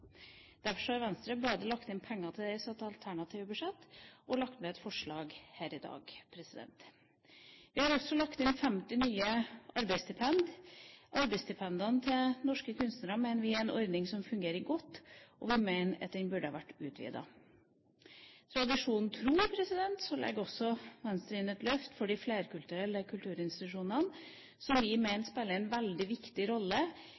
Derfor har Venstre både lagt inn penger til det i sitt alternative budsjett og lagt inn et forslag her i dag. Vi har også lagt inn 50 nye arbeidsstipend. Arbeidsstipendene til norske kunstnere mener vi er en ordning som fungerer godt, og vi mener at den burde vært utvidet. Tradisjonen tro legger Venstre også inn et løft for de flerkulturelle kulturinstitusjonene, som vi mener spiller en veldig viktig rolle